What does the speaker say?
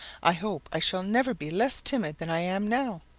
i hope i shall never be less timid than i am now,